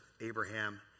Abraham